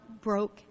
broke